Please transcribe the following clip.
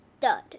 third